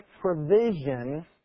provision